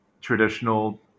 traditional